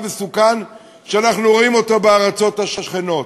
מסוכן כמו שאנחנו רואים בארצות השכנות.